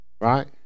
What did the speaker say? right